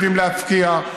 יודעים להפקיע,